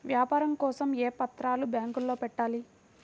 వ్యాపారం కోసం ఏ పత్రాలు బ్యాంక్లో పెట్టాలి?